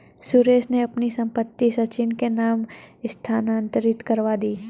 सुरेश ने अपनी संपत्ति सचिन के नाम स्थानांतरित करवा दी